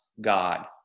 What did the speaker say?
God